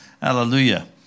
Hallelujah